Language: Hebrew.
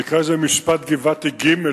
נקרא לה "משפט גבעתי ג'",